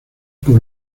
con